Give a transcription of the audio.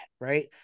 Right